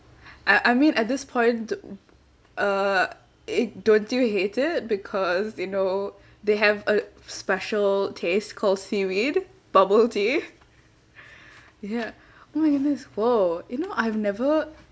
I I mean at this point d~ uh don't you hate it because you know they have a special taste called seaweed bubble tea ya oh my goodness !wow! you know I've never